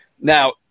Now